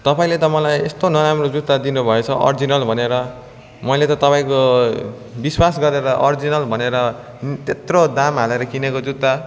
तपाईँले त मलाई यस्तो नराम्रो जुत्ता दिनुभएछ अरिजिनल भनेर मैले त तपाईँको विश्वास गरेर अरिजिनल भनेर त्यत्रो दाम हालेर किनेको जुत्ता